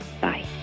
Bye